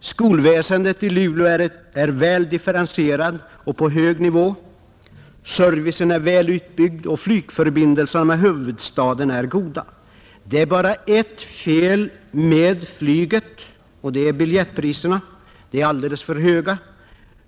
Skolväsendet i Luleå är väl differentierat och står på en hög nivå, servicen är väl utbyggd och flygförbindelserna med huvudstaden är goda. Det är bara ett fel med flyget, och det är biljettpriserna: de är alldeles för höga.